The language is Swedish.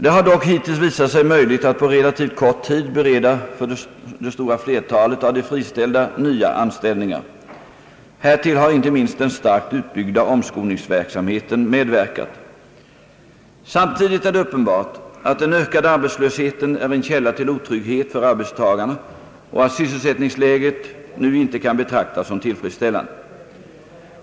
Det har dock hittills visat sig möjligt att på relativt kort tid bereda för det stora flertalet av de friställda nya anställningar. Härtill har inte minst den starkt utbyggda omskolningsverksamheten medverkat. Samtidigt är det uppenbart att den ökade arbetslösheten är en källa till otrygghet för arbetstagarna och att sysselsättningsläget nu inte kan betraktas som tillfredsställande.